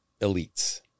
elites